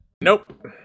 nope